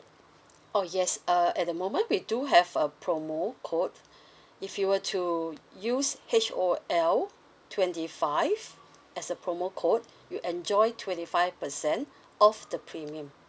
oh yes uh at the moment we do have a promo code if you were to use H O L twenty five as a promo code you enjoy twenty five percent off the premium